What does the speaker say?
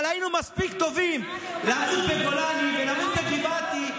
אבל היינו מספיק טובים למות בגולני ולמות בגבעתי,